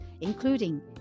including